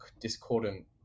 discordant